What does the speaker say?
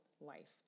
life